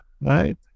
right